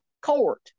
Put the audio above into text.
court